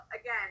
again